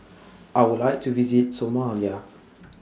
I Would like to visit Somalia